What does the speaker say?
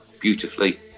beautifully